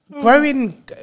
growing